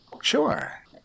Sure